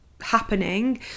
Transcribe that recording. happening